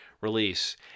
release